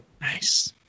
nice